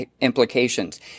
implications